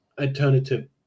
alternative